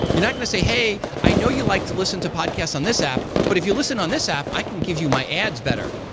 you're not going to say, hey, i know you like to listen to podcast on this app, but if you listen on this app, i can give you my ads better.